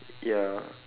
ya